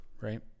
right